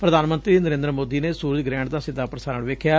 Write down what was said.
ਪੁਧਾਨ ਮੰਤਰੀ ਨਰੇਂਦਰ ਮੋਦੀ ਨੇ ਸੁਰਜ ਗੁਹਿਣ ਦਾ ਸਿੱਧਾ ਪੁਸਾਰਣ ਵੇਖਿਆ